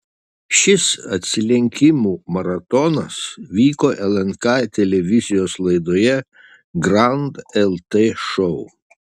šis atsilenkimų maratonas vyko lnk televizijos laidoje grand lt šou